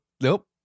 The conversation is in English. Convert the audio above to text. Nope